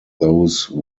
those